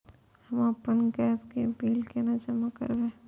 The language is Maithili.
हम आपन गैस के बिल केना जमा करबे?